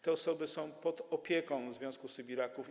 Te osoby są pod opieką Związku Sybiraków.